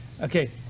Okay